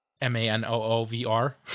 M-A-N-O-O-V-R